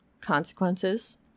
consequences